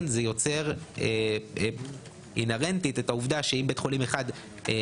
זה יוצר אינהרנטית את העובדה שאם בית חולים אחד גדל,